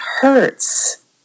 hurts